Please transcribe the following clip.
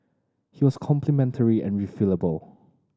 he was complementary and refillable